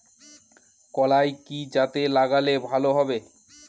কলাই কি জাতে লাগালে ভালো হবে?